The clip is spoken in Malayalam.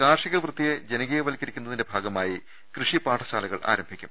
കാർഷിക വൃത്തിയെ ജനകീയവത്കരിക്കുന്നതിന്റെ ഭാഗമായി കൃഷി പാഠശാലകൾ ആരംഭിക്കും